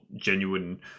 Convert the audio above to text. genuine